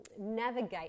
navigate